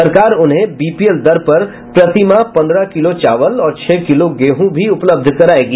सरकार उन्हें बीपीएल दर पर प्रति माह पन्द्रह किलो चावल और छह किलो गेहूँ भी उपलब्ध करायेगी